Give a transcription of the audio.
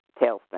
tailspin